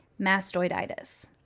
mastoiditis